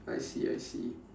I see I see